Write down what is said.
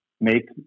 make